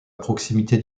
proximité